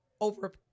over